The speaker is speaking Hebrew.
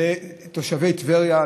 לתושבי טבריה,